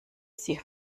sie